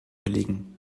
kollegen